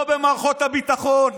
לא במערכות הביטחון,